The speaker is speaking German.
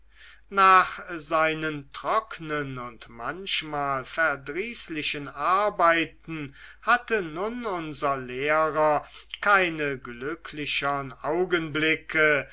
nach seinen trocknen und manchmal verdrießlichen arbeiten hatte nun unser lehrer keine glücklichern augenblicke